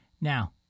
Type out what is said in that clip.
now